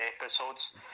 episodes